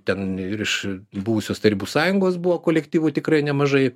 ten ir iš buvusios tarybų sąjungos buvo kolektyvų tikrai nemažai